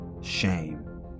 shame